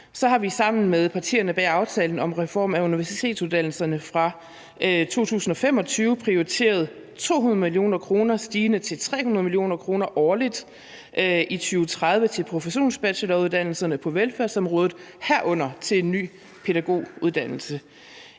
Så har vi sammen med partierne bag aftalen »Reform af universitetsuddannelserne i Danmark« fra 2025 prioriteret 200 mio. kr. stigende til 300 mio. kr. årligt i 2030 til professionsbacheloruddannelserne på velfærdsområdet, herunder til en ny pædagoguddannelse.